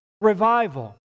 revival